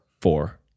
four